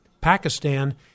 Pakistan